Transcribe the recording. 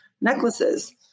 necklaces